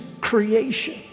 creation